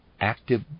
active